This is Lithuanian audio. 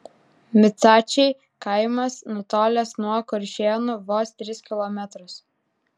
micaičiai kaimas nutolęs nuo kuršėnų vos tris kilometrus